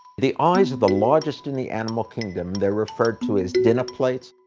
the eyes are the largest in the animal kingdom. they're referred to as dinner plates.